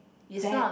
that